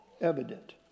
evident